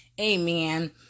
Amen